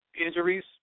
injuries